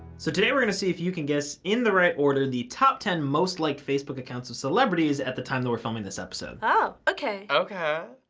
so today, we're gonna see if you can guess, in the right order, the top ten most liked facebook accounts of celebrities at the time that we're filming this episode. oh, okay. okay.